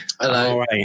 Hello